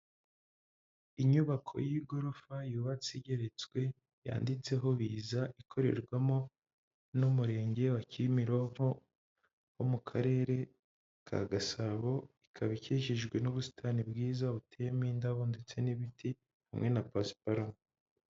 Inyubako y'igorofa yubatse igeretswe, yanditseho Biza, ikorerwamo n'Umurenge wa Kimironko wo mu Karere ka Gasabo, ikaba ikikijwe n'ubusitani bwiza, buteyemo indabo ndetse n'ibiti hamwe na pasiparume.